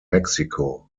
mexico